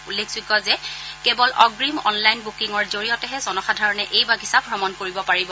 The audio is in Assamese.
উল্লেখযোগ্য যে কেৱল অগ্ৰিম অনলাইন বুকিঙৰ জৰিয়তেহে জনসাধাৰণে এই বাগিছা ভ্ৰমণ কৰিব পাৰিব